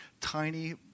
tiny